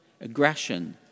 aggression